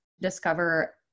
discover